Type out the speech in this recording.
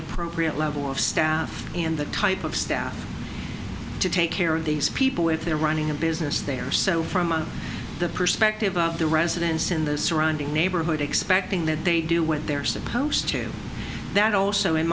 appropriate level of staff in the type of staff to take care of these people if they're running a business they are so from the perspective of the residents in the surrounding neighborhood expecting that they do what they're supposed to that also in